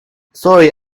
sorry